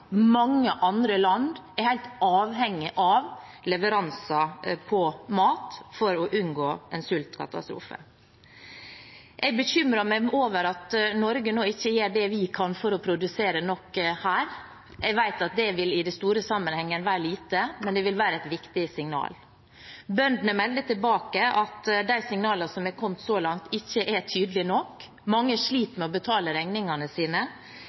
mange andre land er helt avhengig av leveranser av mat for å unngå en sultkatastrofe. Jeg bekymrer meg over at vi i Norge nå ikke gjør det vi kan for å produsere nok her. Jeg vet at det i den store sammenhengen vil være lite, men det vil være et viktig signal. Bøndene melder tilbake at de signalene som er kommet så langt, ikke er tydelige nok. Mange sliter med å betale regningene sine.